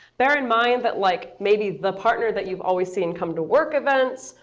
bear in mind that like maybe the partner that you've always seen come to work events,